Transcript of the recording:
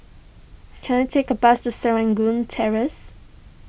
can I take a bus to Serangoon Terrace